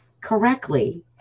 correctly